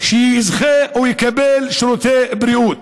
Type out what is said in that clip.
יזכה לקבל או יקבל שירותי בריאות.